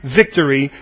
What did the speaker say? victory